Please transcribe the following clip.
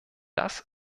das